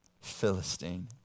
Philistine